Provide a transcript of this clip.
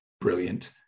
brilliant